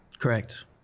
correct